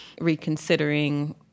reconsidering